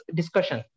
discussion